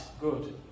good